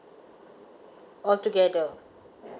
all together